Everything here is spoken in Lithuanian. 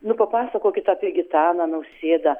nu papasakokit apie gitaną nausėdą